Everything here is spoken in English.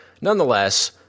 nonetheless –